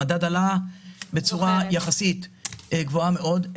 המדד עלה בצורה יחסית גבוהה מאוד.